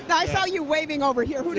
i saw you waving over here.